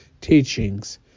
teachings